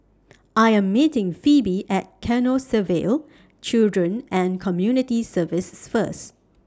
I Am meeting Pheobe At Canossaville Children and Community Services First